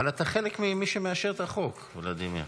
אבל אתה חלק ממי שמאשר את החוק, ולדימיר.